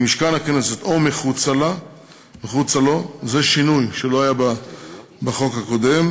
במשכן הכנסת או מחוצה לו זה שינוי שלא היה בחוק הקודם,